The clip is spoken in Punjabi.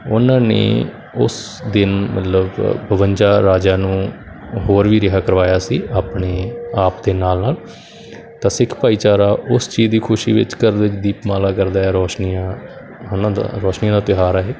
ਉਹਨਾਂ ਨੇ ਉਸ ਦਿਨ ਮਤਲਬ ਬਵੰਜਾ ਰਾਜਿਆਂ ਨੂੰ ਹੋਰ ਵੀ ਰਿਹਾਅ ਕਰਵਾਇਆ ਸੀ ਆਪਣੇ ਆਪ ਦੇ ਨਾਲ ਨਾਲ ਤਾਂ ਸਿੱਖ ਭਾਈਚਾਰਾ ਉਸ ਚੀਜ਼ ਦੀ ਖੁਸ਼ੀ ਵਿੱਚ ਘਰ ਵਿੱਚ ਦੀਪਮਾਲਾ ਕਰਦਾ ਹੈ ਰੌਸ਼ਨੀਆਂ ਦਾ ਰੋਸ਼ਨੀਆਂ ਦਾ ਤਿਉਹਾਰ ਹੈ ਇਹ